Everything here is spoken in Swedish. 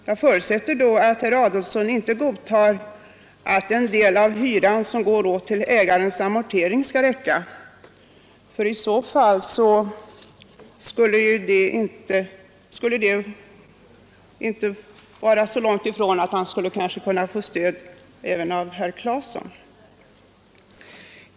Jag förutsätter att herr Adolfsson inte godtar att den del av hyran som går åt till ägarens amortering skall räcka — för i så fall skulle det kanske inte vara så långt ifrån att han kunde få stöd även av herr Claeson.